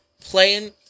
playing